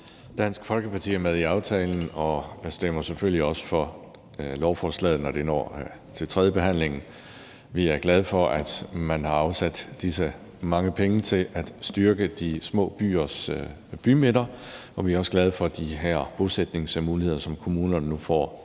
Dansk Folkeparti er med i aftalen og stemmer selvfølgelig også for lovforslaget, når det når til tredjebehandlingen. Vi er glade for, at man har afsat disse mange penge til at styrke de små byers bymidter, og vi er også glade for de her bosætningsmuligheder, som kommunerne nu får